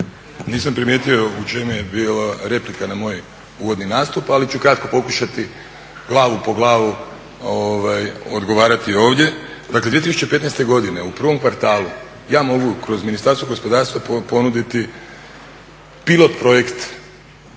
Nisam primijetio u čemu je bila replika na moj uvodni nastup ali ću kratko pokušati glavu po glavu odgovarati ovdje. Dakle 2015.godine u prvom kvartalu ja mogu kroz Ministarstvo gospodarstva ponuditi pilot projekt,